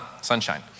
sunshine